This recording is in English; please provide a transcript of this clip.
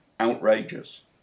outrageous